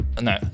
no